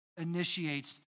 initiates